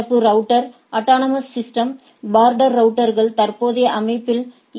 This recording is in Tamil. சிறப்பு ரவுட்டர் அட்டானமஸ் சிஸ்டம் பார்டர் ரவுட்டர்கள் தற்போதைய அமைப்பில் எ